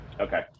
Okay